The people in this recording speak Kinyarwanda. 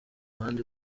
bandi